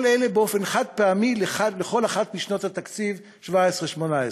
כל אלה באופן חד-פעמי לכל אחת משנות התקציב 2017 ו-2018.